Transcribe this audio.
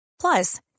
Plus